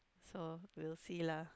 so we will see lah